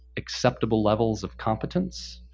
acceptable levels of competence,